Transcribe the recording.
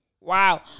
Wow